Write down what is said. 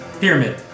Pyramid